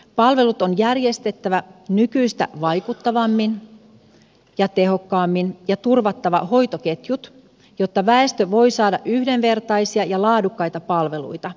palvelut on järjestettävä nykyistä vaikuttavammin ja tehokkaammin ja turvattava hoitoketjut jotta väestö voi saada yhdenvertaisia ja laadukkaita palveluita